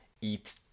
eat